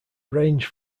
range